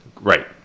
Right